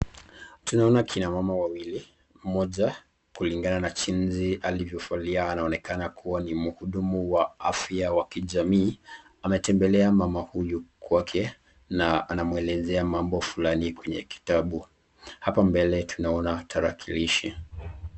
Tunaona akina mama wawili, moja kulingana na jinsi alivyo valia anaonekana kuwa ni muhudumu wa afya ya kijamii, ametembelea mama huyu kwake anamwelezea mambo fulani kwenye kitabu hapa mbele kuna tarakilishi.